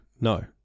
No